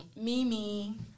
Mimi